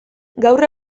gaur